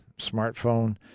smartphone